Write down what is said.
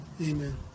amen